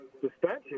suspension